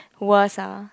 worst ah